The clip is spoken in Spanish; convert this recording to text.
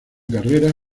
carrera